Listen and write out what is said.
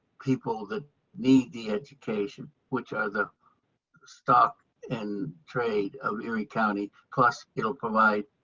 people that need the education, which are the stock and trade of erie county. plus, he'll provide